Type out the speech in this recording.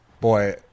boy